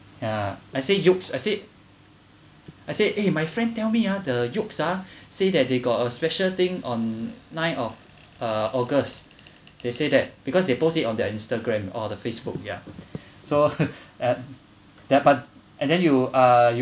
ah I say yeo's I said I said eh my friend tell me ah the yeo's ah say that they got a special thing on nine of uh august they say that because they post it on their instagram or the facebook ya so that but and then you are you